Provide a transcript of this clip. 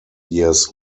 years